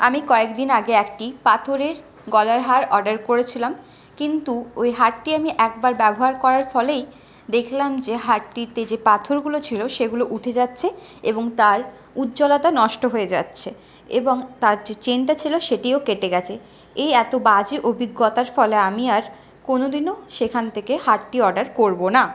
আমি কয়েকদিন আগে একটি পাথরের গলার হার অর্ডার করেছিলাম কিন্তু ওই হারটি আমি একবার ব্যবহার করার ফলেই দেখলাম যে হারটিতে যে পাথরগুলো ছিল সেগুলো উঠে যাচ্ছে এবং তার উজ্জ্বলতা নষ্ট হয়ে যাচ্ছে এবং তার যে চেনটা ছিল সেটিও কেটে গেছে এই এত বাজে অভিজ্ঞতার ফলে আমি আর কোনোদিনও সেখান থেকে হারটি অর্ডার করব না